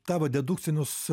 tavo dedukcinius